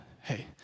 hey